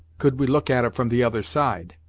could we look at it from the other side.